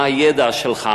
מה הידע שלך,